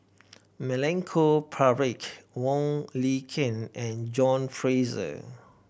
Milenko Prvacki Wong Lin Ken and John Fraser